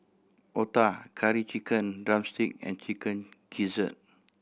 otah Curry Chicken drumstick and Chicken Gizzard